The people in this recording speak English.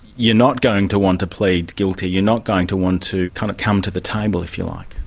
you're not going to want to plead guilty, you're not going to want to, kind of, come to the table, if you like?